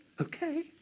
okay